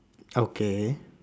okay